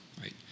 right